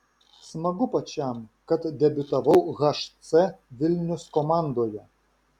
smagu pačiam kad debiutavau hc vilnius komandoje